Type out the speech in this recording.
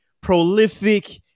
prolific